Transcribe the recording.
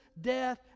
death